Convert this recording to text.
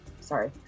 sorry